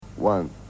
One